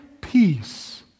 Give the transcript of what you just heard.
peace